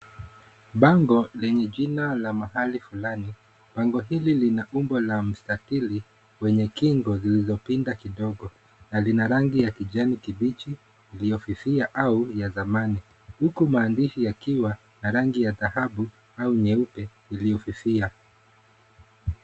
Bango lenye jina la mahali fulani. Bango hili lina umbo la mstatili wenye kingo zilizo pinda kidogo na lina rangi ya kijani kibichi iliyo fifia au rangi ya zamani huku maandishi yakiwa na rangi ya dhahabu au nyeupe iliyo fifia.